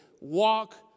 Walk